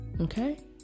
Okay